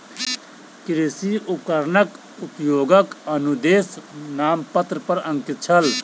कृषि उपकरणक उपयोगक अनुदेश नामपत्र पर अंकित छल